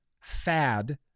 fad